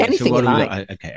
okay